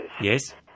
Yes